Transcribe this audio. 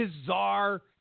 bizarre